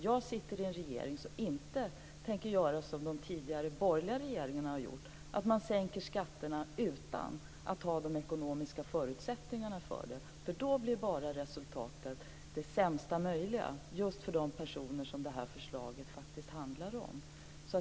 Jag sitter i en regering som inte tänker göra som de tidigare borgerliga regeringarna har gjort, att man sänker skatterna utan att ha de ekonomiska förutsättningarna för det. Då blir resultatet det sämsta möjliga just för de personer som det här förslaget faktiskt handlar om.